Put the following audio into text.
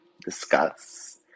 Discuss